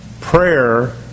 Prayer